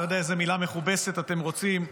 לא יודע איזה מילה מכובסת אתם רוצים,